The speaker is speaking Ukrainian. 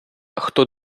хто